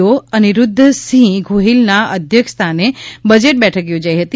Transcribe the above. ઓ અનિરુધ્ધ સિફ ગોહિલના અધ્યક્ષસ્થાને બજેટ બેઠક યોજાઈ હતી